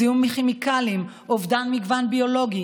זיהום מכימיקלים ואובדן מגוון ביולוגי